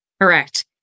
Correct